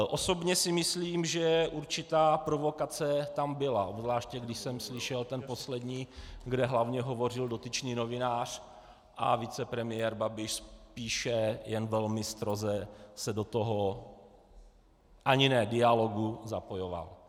Osobně si myslím, že určitá provokace tam byla, obzvláště když jsem slyšel ten poslední, kde hlavně hovořil dotyčný novinář a vicepremiér Babiš spíše jen velmi stroze se do toho ani ne dialogu zapojoval.